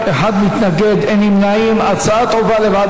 ההצעה להפוך את הצעת חוק אבטחה במוסדות חינוך,